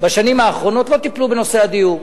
בשנים האחרונות לא טיפלו בנושא הדיור.